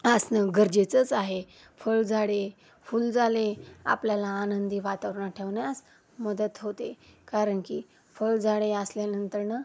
असणं गरजेचंच आहे फळझाडे फुलझाडे आपल्याला आनंदी वातावरण ठेवण्यास मदत होते कारण की फळझाडे असल्यानंतरनं